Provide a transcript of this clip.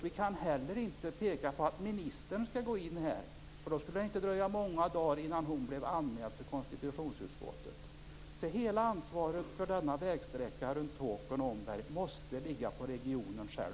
Vi kan inte heller peka på att ministern skall gå in här, för då skulle det inte dröja många dagar innan hon blev anmäld till konstitutionsutskottet. Hela ansvaret för denna vägsträcka runt Tåkern och Omberg måste ligga på regionen själv.